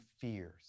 fears